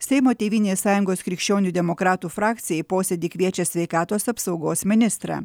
seimo tėvynės sąjungos krikščionių demokratų frakcija į posėdį kviečia sveikatos apsaugos ministrą